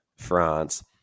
France